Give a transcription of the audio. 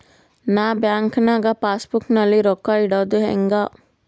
ನಾ ಬ್ಯಾಂಕ್ ನಾಗ pass book ನಲ್ಲಿ ರೊಕ್ಕ ಇಡುದು ಹ್ಯಾಂಗ್?